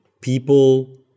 people